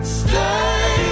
stay